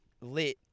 lit